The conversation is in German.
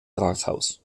rathaus